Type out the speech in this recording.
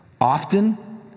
often